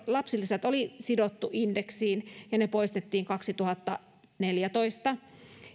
lapsilisät oli ennen sidottu indeksiin ja ne poistettiin kaksituhattaneljätoista